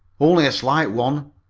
only a slight one.